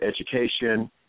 education